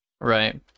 Right